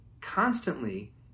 constantly